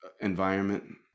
environment